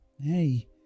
Hey